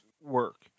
work